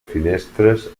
finestres